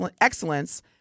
excellence